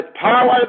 power